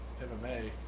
MMA